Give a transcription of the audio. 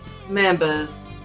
members